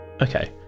Okay